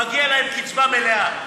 מגיע להם קצבה מלאה.